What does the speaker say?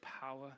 power